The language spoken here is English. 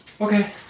Okay